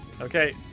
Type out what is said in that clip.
Okay